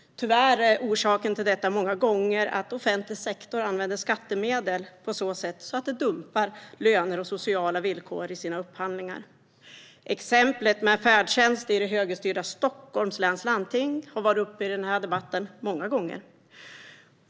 Tyvärr är orsaken många gånger att offentlig sektor använder skattemedel på ett sådant sätt att man dumpar löner och sociala villkor i sina upphandlingar. Exemplet med färdtjänst i högerstyrda Stockholms läns landsting har varit uppe i den här debatten många gånger.